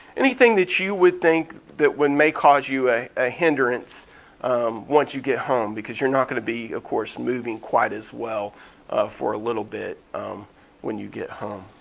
anything that you would think that may cause you a ah hindrance um once you get home, because you're not gonna be, of course, moving quite as well for a little bit when you get home.